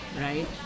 right